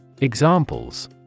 Examples